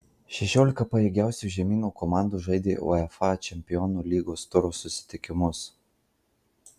šešiolika pajėgiausių žemyno komandų žaidė uefa čempionų lygos turo susitikimus